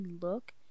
look